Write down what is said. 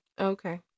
Okay